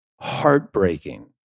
heartbreaking